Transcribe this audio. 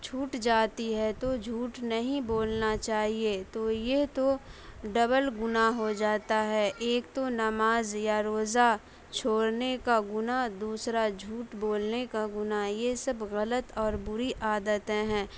چھوٹ جاتی ہے تو جھوٹ نہیں بولنا چاہیے تو یہ تو ڈبل گناہ ہو جاتا ہے ایک تو نماز یا روزہ چھوڑنے کا گناہ دوسرا جھوٹ بولنے کا گناہ یہ سب غلط اور بری عادتیں ہیں